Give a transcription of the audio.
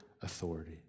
authority